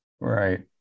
Right